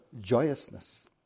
joyousness